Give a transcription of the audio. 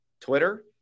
Twitter